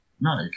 No